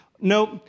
Nope